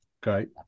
great